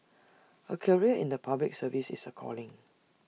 A career in the Public Service is A calling